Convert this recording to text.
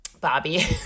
Bobby